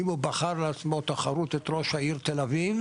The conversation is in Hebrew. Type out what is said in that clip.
אם הוא בחר לעצמו לתחרות את ראש העיר תל-אביב